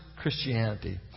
christianity